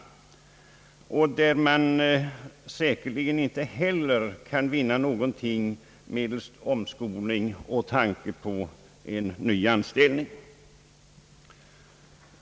För dem kan man säkerligen inte heller vinna någonting medelst omskolning och tanken på en ny anställning.